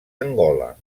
angola